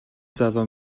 залуу